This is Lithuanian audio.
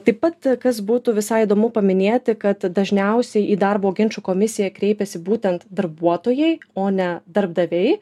taip pat kas būtų visai įdomu paminėti kad dažniausiai į darbo ginčų komisiją kreipiasi būtent darbuotojai o ne darbdaviai